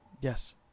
Yes